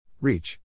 Reach